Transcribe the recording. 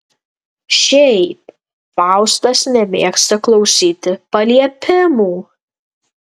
šiaip faustas nemėgsta klausyti paliepimų